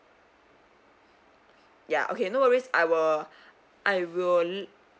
ya okay no worries I will I will